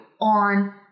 on